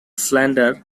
flanders